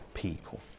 people